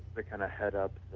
they kind of head up